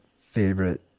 favorite